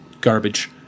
garbage